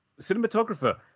cinematographer